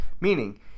Meaning